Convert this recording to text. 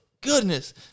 goodness